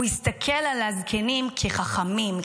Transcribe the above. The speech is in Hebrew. הוא הסתכל על הזקנים כחכמים,